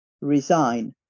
resign